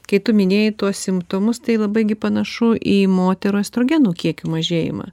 kai tu minėjai tuos simptomus tai labai gi panašu į moterų estrogenų kiekių mažėjimą